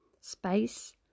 space